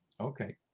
Okay